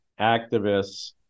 activists